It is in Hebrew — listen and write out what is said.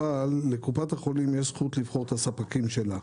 אבל לקופת החולים יש זכות לבחור את הספקים שלה.